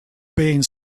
being